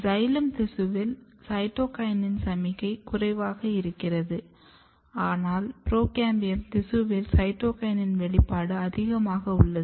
xylem திசுவில் cytokinin சமிக்ஞை குறைவாக இருக்கிறது ஆனால் புரோகேம்பியம் திசுவில் சைட்டோகினின் வெளிப்பாடு அதிகமாக உள்ளது